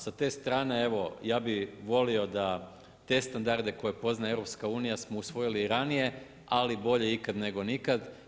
Sa te strane evo ja bih volio da te standarde koje poznaje EU smo usvojili ranije, ali bolje ikad nego nikad.